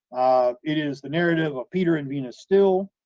ah, it is the narrative of peter and vina still,